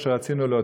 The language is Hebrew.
מה שרצינו להוציא,